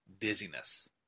dizziness